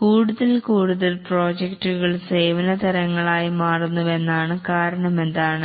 കൂടുതൽ കൂടുതൽ പ്രോജക്ടുകൾ സേവന തരങ്ങളായി മാറുന്നുവെന്നാണ് കാരണമെന്താണ്